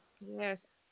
Yes